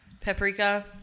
paprika